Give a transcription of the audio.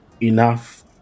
enough